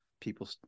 people